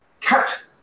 cut